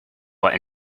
but